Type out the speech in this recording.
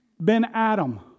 Ben-Adam